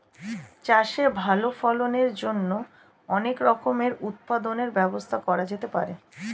চাষে ভালো ফলনের জন্য অনেক রকমের উৎপাদনের ব্যবস্থা করা যেতে পারে